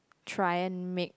try and make